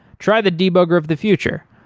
try the debugger of the future.